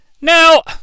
Now